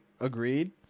agreed